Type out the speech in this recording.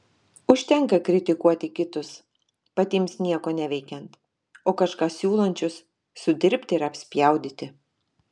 užtenka kritikuoti kitus patiems nieko neveikiant o kažką siūlančius sudirbti ir apspjaudyti